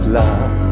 love